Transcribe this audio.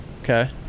Okay